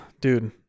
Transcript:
dude